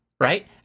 Right